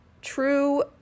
true